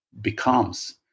becomes